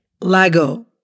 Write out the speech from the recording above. Lago